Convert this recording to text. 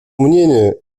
мнению